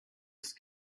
isst